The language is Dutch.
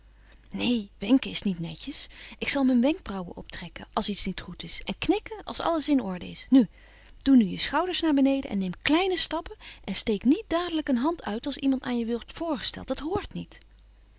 neen wenken is niet netjes ik zal mijn wenkbrauwen optrekken als iets niet goed is en knikken als alles in orde is nu doe nu je schouders naar beneden en neem kleine stappen en steek niet dadelijk een hand uit als iemand aan je wordt voorgesteld dat hoort niet